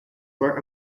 were